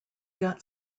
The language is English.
got